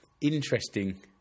interesting